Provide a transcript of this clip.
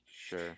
Sure